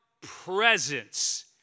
presence